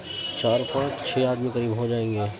چار پانچ چھ آدمی قریب ہوجائیں گے